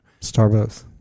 Starbucks